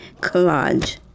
collage